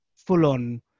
full-on